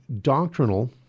doctrinal